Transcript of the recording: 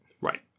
Right